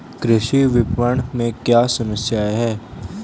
कृषि विपणन में क्या समस्याएँ हैं?